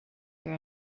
hear